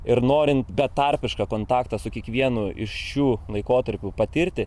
ir norint betarpišką kontaktą su kiekvienu iš šių laikotarpių patirti